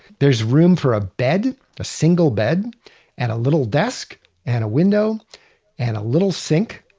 there's room for a bed a single bed and a little desk and a window and a little sink.